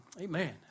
amen